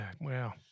wow